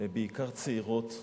בעיקר צעירות,